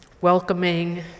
Welcoming